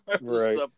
Right